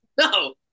No